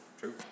True